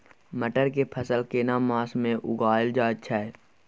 मटर के फसल केना मास में उगायल जायत छै?